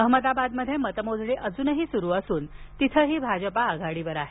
अहमदाबादमध्ये मतमोजणी अजूनही सुरू असून तिथेही भाजपा आघाडीवर आहे